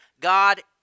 God